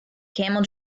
camel